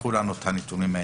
תשלחו לנו את הנתונים האלה.